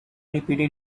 repeated